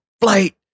flight